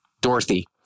Dorothy